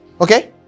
Okay